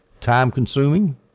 time-consuming